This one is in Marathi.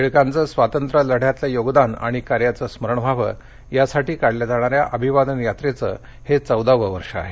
टिळकांचं स्वातंत्र्यलढ्यातलं योगदान आणि कार्याचं स्मरण राहावं यासाठी काढल्या जाणाऱ्या अभिवादन यात्रेचं हे चौदावं वर्ष आहे